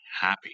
happy